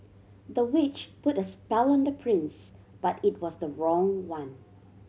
the witch put a spell on the prince but it was the wrong one